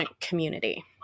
community